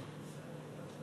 יעלה חבר